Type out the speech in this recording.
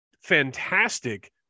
fantastic